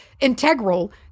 integral